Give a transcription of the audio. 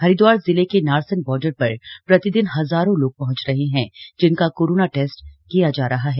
हरिद्वार जिले के नारसन बॉर्डर पर प्रतिदिन हजारों लोग पहंच रहे हैं जिनका कोरोना टेस्ट किया जा रहा है